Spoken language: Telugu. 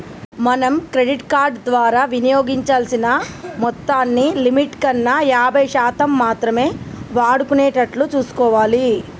మనం క్రెడిట్ కార్డు ద్వారా వినియోగించాల్సిన మొత్తాన్ని లిమిట్ కన్నా యాభై శాతం మాత్రమే వాడుకునేటట్లు చూసుకోవాలి